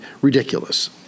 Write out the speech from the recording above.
Ridiculous